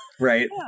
Right